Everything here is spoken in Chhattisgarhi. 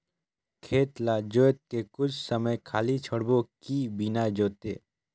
खेत ल जोत के कुछ समय खाली छोड़बो कि बिना जोते?